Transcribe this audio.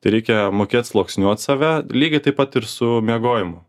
tai reikia mokėt sluoksniuot save lygiai taip pat ir su miegojimu